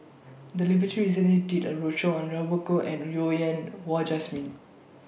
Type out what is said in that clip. The recently did A roadshow on Robert Goh and Well Yen Wah Jesmine